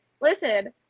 listen –